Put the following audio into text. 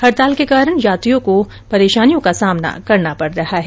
हड़ताल के कारण यात्रियों को परेशानी का सामना करना पड रहा है